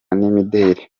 n’imideri